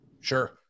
Sure